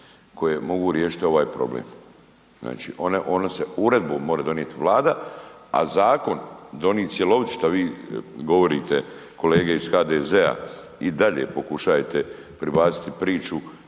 koje mogu riješiti ovaj problem, znači one, one se uredbom more donit Vlada, a zakon donit cjelovit što vi govorite kolege iz HDZ-a i dalje pokušajete pribaciti priču